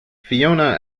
fiona